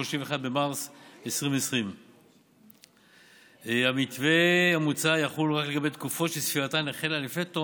31 במאי 2020. המתווה המוצע יחול רק לגבי תקופות שספירתן החלה לפני תום